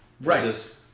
Right